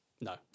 No